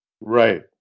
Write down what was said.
Right